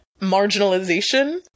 marginalization